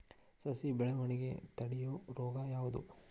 ಸಸಿ ಬೆಳವಣಿಗೆ ತಡೆಯೋ ರೋಗ ಯಾವುದು?